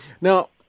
Now